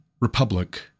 republic